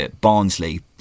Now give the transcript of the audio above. Barnsley